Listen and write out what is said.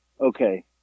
okay